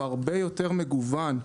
הוא הרבה יותר מגוון,